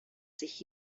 sich